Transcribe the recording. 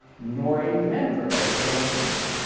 nor a member of the sanhedrin,